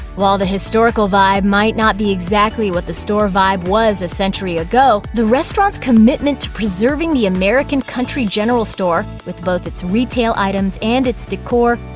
while the historical vibe might not be exactly what the store vibe was a century ago, the restaurant's commitment to preserving the american country general store, with both its retail items and its decor,